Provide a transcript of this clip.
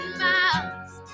miles